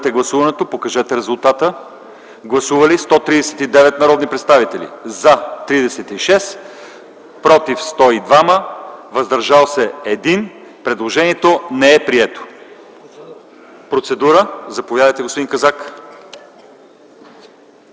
Предложението не е прието.